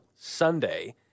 Sunday